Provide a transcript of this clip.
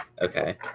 Okay